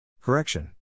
Correction